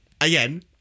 again